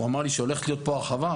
הוא אמר לי שהולכת להיות פה הרחבה.